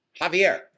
Javier